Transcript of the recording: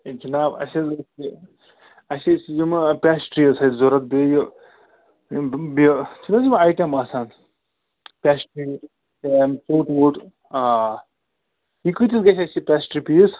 ہے جِناب اَسہِ حظ ٲسۍ یہِ اَسہِ ٲسۍ یِمہٕ پیسٹری ٲس اَسہِ ضروٗرت بیٚیہِ بیٚیہِ چھِنہٕ حظ یِم آیٹم آسان پیسٹری ژوٚٹ ووٚٹ آ یہِ کٕتِس گَژھِ اَسہِ یہِ پیسٹری پیٖس